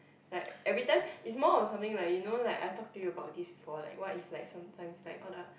like every time is more on something like you know like I talk to you about this before like what if like sometimes like all the